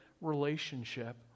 relationship